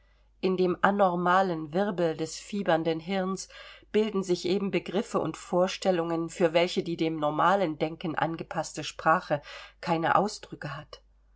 in dem anormalen wirbel des fiebernden hirns bilden sich eben begriffe und vorstellungen für welche die dem normalen denken angepaßte sprache keine ausdrücke hat